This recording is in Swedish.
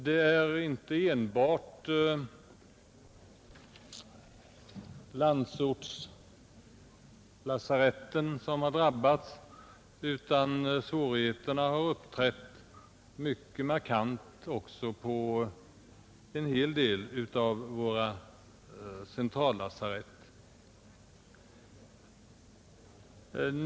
Det är inte enbart landsortslasaretten som har drabbats, utan svårigheterna har uppträtt mycket markant också på en hel del av våra centrallasarett.